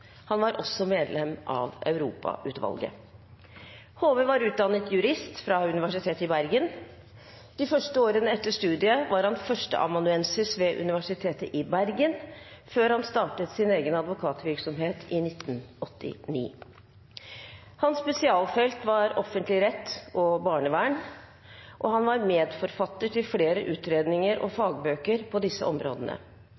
Han var også medlem av Europautvalget. Hove var utdannet jurist fra Universitetet i Bergen. De første årene etter studiet var han førsteamanuensis ved Universitetet i Bergen, før han startet sin egen advokatvirksomhet i 1989. Hans spesialfelt var offentlig rett og barnevern, og han var medforfatter av flere utredninger og